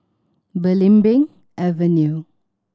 Belimbing Avenue